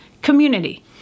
community